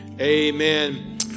amen